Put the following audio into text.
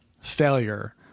failure